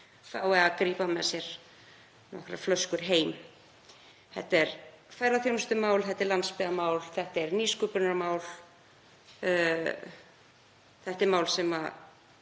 fái að grípa með sér nokkrar flöskur heim. Þetta er ferðaþjónustumál. Þetta er landsbyggðarmál. Þetta er nýsköpunarmál. Þetta er mál sem